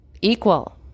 equal